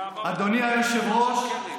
אדוני היושב-ראש,